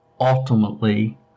ultimately